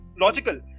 logical